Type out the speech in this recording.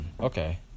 Okay